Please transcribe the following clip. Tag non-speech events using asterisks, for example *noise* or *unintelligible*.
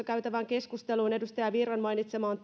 *unintelligible* käytävään keskusteluun edustaja virran mainitsemaan *unintelligible*